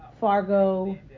Fargo